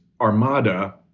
armada